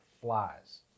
flies